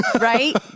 right